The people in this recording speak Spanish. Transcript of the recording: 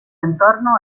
entorno